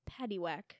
paddywhack